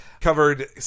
covered